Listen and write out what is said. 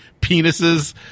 penises